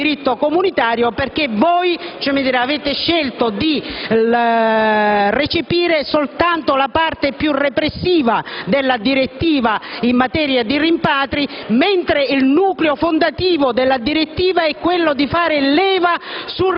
del diritto comunitario, perché voi avete scelto di recepire soltanto la parte più repressiva della direttiva in materia di rimpatri, mentre il suo nucleo fondante è quello di fare leva